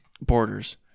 borders